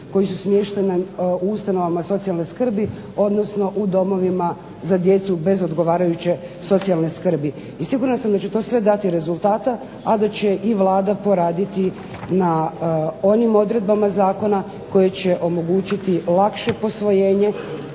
koja su smještena u ustanovama socijalne skrbi, odnosno u domovima za djecu bez odgovarajuće socijalne skrbi. I sigurna sam da će to sve dati rezultata, a da će i Vlada poraditi na onim odredbama zakona koje će omogućiti lakše posvojenje